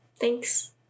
Thanks